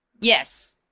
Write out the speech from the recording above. Yes